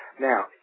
Now